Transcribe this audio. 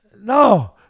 no